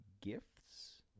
gifts